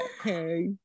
Okay